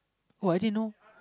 uh actually no